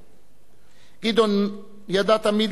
גדעון ידע תמיד למקד את הדיון,